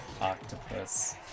Octopus